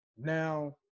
Now